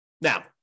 Now